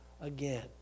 again